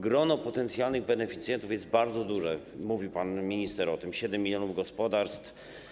Grono potencjalnych beneficjentów jest bardzo duże, mówił pan minister o tym, to 7 mln gospodarstw.